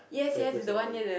quite close to N_I_E